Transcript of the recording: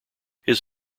his